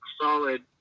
solid –